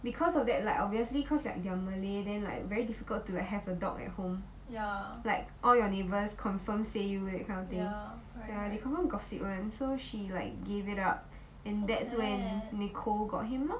because of that like obviously cause you are~ they are malay then like very difficult to have a dog at home like all your neighbors confirm say you that kind of thing ya they confirm gossip one so she like gave it up and that's when nicole got him lor